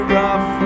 rough